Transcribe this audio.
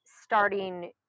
starting